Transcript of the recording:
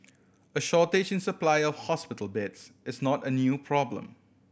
a shortage in supply of hospital beds is not a new problem